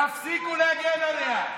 תפסיקו להגן עליה.